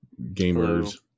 Gamers